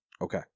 Okay